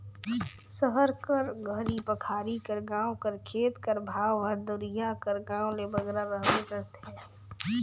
सहर कर घरी पखारी कर गाँव कर खेत कर भाव हर दुरिहां कर गाँव ले बगरा रहबे करथे